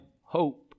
hope